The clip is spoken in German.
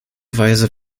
weise